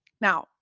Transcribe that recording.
Now